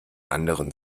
anderen